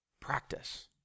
practice